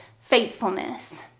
faithfulness